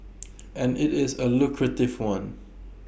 and IT is A lucrative one